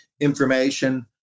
information